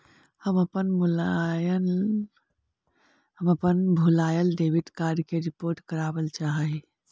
हम अपन भूलायल डेबिट कार्ड के रिपोर्ट करावल चाह ही